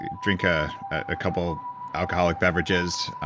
drink a ah couple alcoholic beverages,